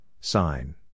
sign